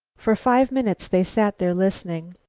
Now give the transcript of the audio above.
for five minutes they sat there listening.